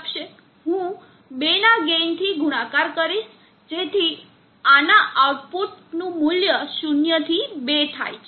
હું બેના ગેઇન થી ગુણાકાર કરીશ જેથી આના આઉટપુટનું મૂલ્ય શૂન્ય થી બે થાય છે